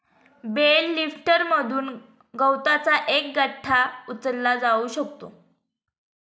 bell लिफ्टरमधून गवताचा एक गठ्ठा उचलला जाऊ शकतो